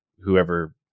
whoever